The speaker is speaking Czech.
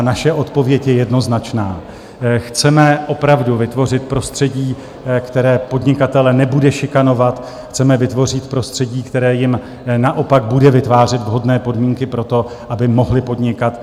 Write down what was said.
Naše odpověď je jednoznačná: chceme opravdu vytvořit prostředí, které podnikatele nebude šikanovat, chceme vytvořit prostředí, které jim naopak bude vytvářet vhodné podmínky pro to, aby mohli podnikat.